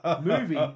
movie